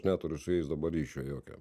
neturiu su jais dabar ryšio jokio